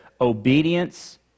obedience